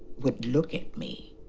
would look at me.